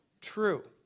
true